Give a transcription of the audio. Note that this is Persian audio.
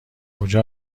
کجا